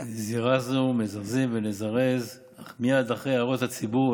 זירזנו, מזרזים ונזרז, אך מייד אחרי הערות הציבור.